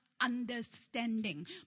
understanding